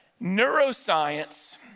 Neuroscience